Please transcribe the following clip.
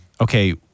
okay